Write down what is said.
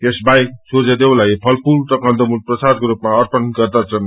यसबाहेक सूर्यदेवलाइ फलफूल र कन्दमूल प्रसादको रूपमा अर्पण गर्दछन्